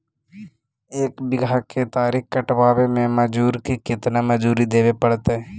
एक बिघा केतारी कटबाबे में मजुर के केतना मजुरि देबे पड़तै?